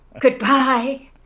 goodbye